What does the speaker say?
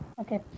Okay